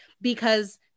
because-